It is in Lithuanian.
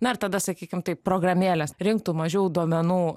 na ir tada sakykim taip programėlės rinktų mažiau duomenų